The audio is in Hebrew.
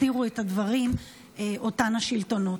והסתירו את הדברים אותם השלטונות.